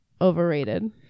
overrated